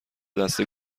دسته